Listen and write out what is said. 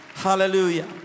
Hallelujah